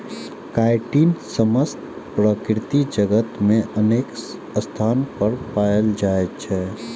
chitin समस्त प्रकृति जगत मे अनेक स्थान पर पाएल जाइ छै